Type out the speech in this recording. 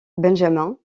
benjamin